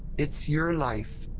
it's your life.